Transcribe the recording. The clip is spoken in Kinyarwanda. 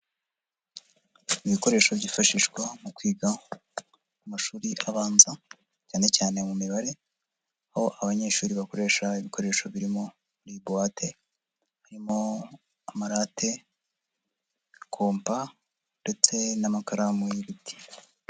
Ibikoresho byifashishwa mu kwiga amashuri abanza cyane cyane mu mibare, aho abanyeshuri bakoresha ibikoresho birimo muri buwate, harimo amarate, kompa ndetse n'amakaramu y'ibiti.